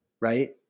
Right